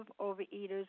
overeaters